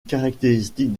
caractéristique